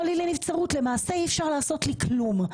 לי לנבצרות ולמעשה אי אפשר לעשות לי כלום.